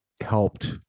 helped